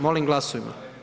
Molim glasujmo.